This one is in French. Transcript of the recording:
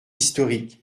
historique